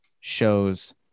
shows